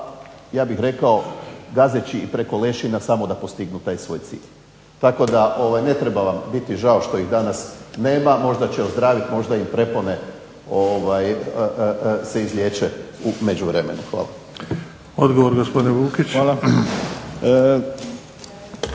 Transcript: ja bih rekao gazeći preko lešina samo da postignu taj svoj cilj. Tako da vam ne treba biti žao što ih nema, možda će ozdraviti možda im prepone se izliječe u međuvremenu. Hvala. **Bebić, Luka (HDZ)**